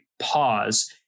pause